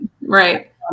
Right